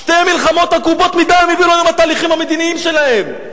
שתי מלחמות עקובות מדם הביאו עלינו עם התהליכים המדיניים שלהם.